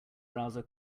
browser